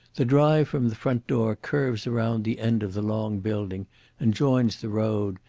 the drive from the front door curves round the end of the long building and joins the road,